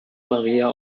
maria